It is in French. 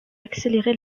accélérer